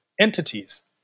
entities